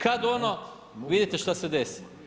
Kad ono, vidite šta se desi.